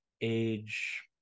age